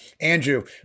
Andrew